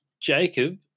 Jacob